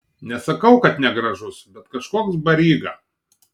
nesakau kad negražus bet kažkoks baryga